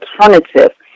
alternative